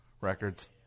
records